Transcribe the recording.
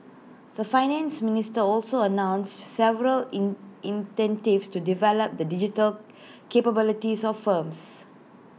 the Finance Minister also announced several in to develop the digital capabilities of firms